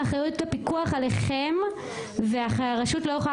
האחריות לפיקוח עליכם והרשות לא יכולה